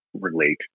relate